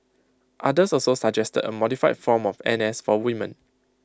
others also suggested A modified form of N S for women